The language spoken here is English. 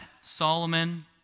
Solomon